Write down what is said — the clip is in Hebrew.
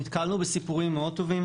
נתקלנו בסיפורים מאוד טובים,